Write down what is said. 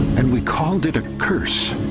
and we called it a curse